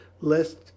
lest